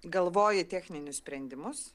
galvoji techninius sprendimus